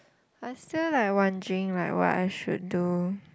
I still like wondering right what I should do